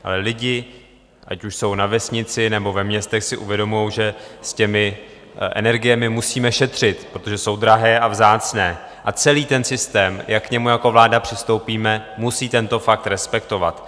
Ale lidi, ať už jsou na vesnici, nebo ve městech, si uvědomují, že s energiemi musíme šetřit, protože jsou drahé a vzácné, a celý systém, jak k němu jako vláda přistoupíme, musí tento fakt respektovat.